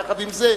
יחד עם זה,